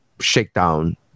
shakedown